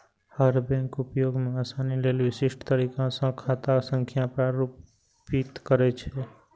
हर bank उपयोग मे आसानी लेल विशिष्ट तरीका सं खाता संख्या प्रारूपित करै छै